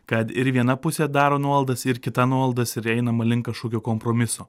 kad ir viena pusė daro nuolaidas ir kita nuolaidas ir einama link kažkokio kompromiso